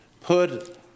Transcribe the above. put